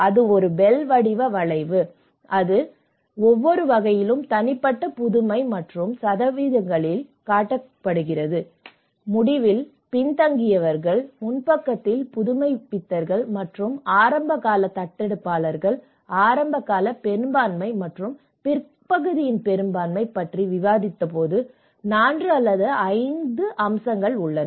இது ஒரு பெல் வடிவ வளைவு இது ஒவ்வொரு வகையிலும் தனிப்பட்ட புதுமை மற்றும் சதவீதங்களைக் காட்டுகிறது முடிவில் பின்தங்கியவர்கள் முன்பக்கத்தில் புதுமைப்பித்தர்கள் மற்றும் ஆரம்பகால தத்தெடுப்பாளர்கள் ஆரம்பகால பெரும்பான்மை மற்றும் பிற்பகுதியில் பெரும்பான்மை பற்றி விவாதித்தபோது 4 5 அம்சங்கள் உள்ளன